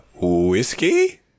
whiskey